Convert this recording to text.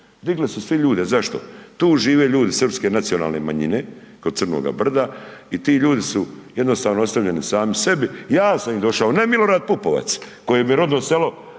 Digli su svi ljude, zašto? Tu žive ljudi srpske nacionalne manjine kod crnoga brda i ti ljudi su jednostavno ostavljeni sami sebe, ja sam im došao, ne Milorad Pupovac, kojem je rodno selo